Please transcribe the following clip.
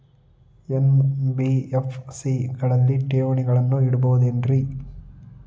NBFC ಗಳಲ್ಲಿ ಠೇವಣಿಗಳನ್ನು ಇಡಬಹುದೇನ್ರಿ?